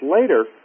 later